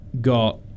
got